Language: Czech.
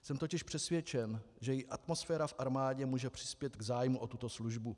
Jsem totiž přesvědčen, že i atmosféra v armádě může přispět k zájmu o tuto službu.